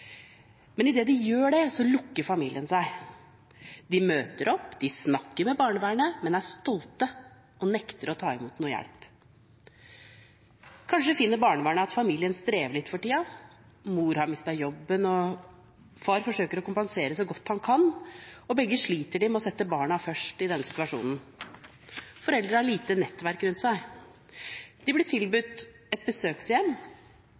men idet de gjør det, lukker familien seg. De møter opp, de snakker med barnevernet, men er stolte og nekter å ta imot noen hjelp. Kanskje finner barnevernet at familien strever litt for tiden. Mor har mistet jobben, far forsøker å kompensere så godt han kan, og begge sliter med å sette barna først i denne situasjonen. Foreldrene har lite nettverk rundt seg. De blir tilbudt et besøkshjem